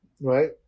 Right